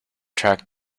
track